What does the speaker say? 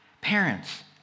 Parents